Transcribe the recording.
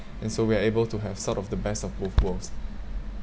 and so we are able to have sort of the best of both worlds